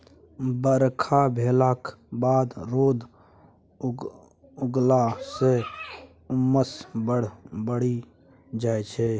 बरखा भेलाक बाद रौद उगलाँ सँ उम्मस बड़ बढ़ि जाइ छै